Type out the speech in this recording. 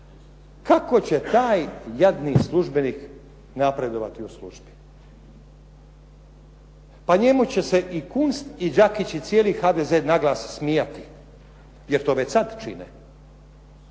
kako će taj jadni službenik napredovati u službi? Pa njemu će se i Kunst i Đakić i cijeli HDZ naglas smijati, jer to već sad čine,